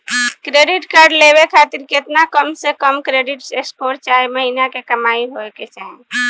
Credit card लेवे खातिर केतना कम से कम क्रेडिट स्कोर चाहे महीना के कमाई होए के चाही?